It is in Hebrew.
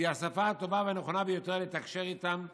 והיא השפה הטובה ונכונה ביותר לתקשר איתם בה.